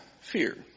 Fear